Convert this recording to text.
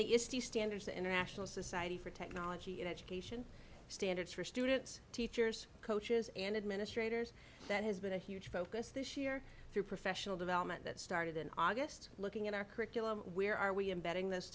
the is the standards the international society for technology and education standards for students teachers coaches and administrators that has been a huge focus this year through professional development that started in august looking at our curriculum where are we embedding this